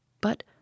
But